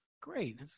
Great